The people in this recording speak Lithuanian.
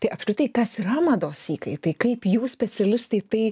tai apskritai kas yra mados įkaitai kaip jūs specialistai tai